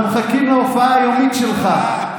אנחנו מחכים להופעה היומית שלך.